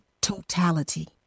totality